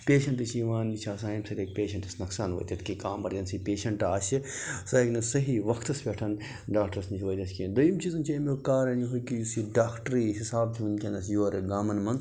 patients چھِ یِوان یہِ چھِ آسان اَمہِ سۭتۍ ہٮ۪کہِ پیشنٛٹَس نۄقصان وٲتِتھ کہِ کانٛہہ اٮ۪مَرجنسی پیشنٛٹ آسہِ سُہ ہٮ۪کہِ نہٕ صحیح وقتَس پٮ۪ٹھ ڈاکٹرَس نِش وٲتِتھ کیٚنٛہہ دٔیم چیٖز چھِ اَمیُک کارَن یِہوٚے کہِ یُس یہِ ڈاکٹری حِساب چھِ وٕنۍکٮ۪نَس یورٕ گامَن منٛز